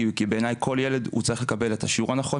כי בעיניי כל ילד צריך לקבל את השיעור הנכון,